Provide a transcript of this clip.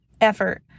effort